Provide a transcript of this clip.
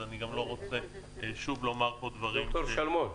ואז אני גם לא רוצה שוב לומר פה דברים --- ד"ר שלמון.